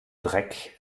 dreck